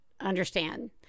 understand